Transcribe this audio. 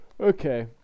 Okay